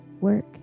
work